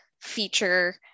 feature